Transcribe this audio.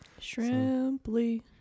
Shrimply